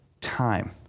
time